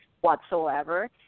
whatsoever